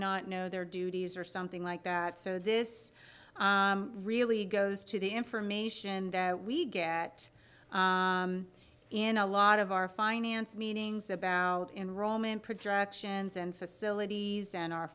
not know their duties or something like that so this really goes to the information that we get in a lot of our finance meetings about enrollment projections and facilities and our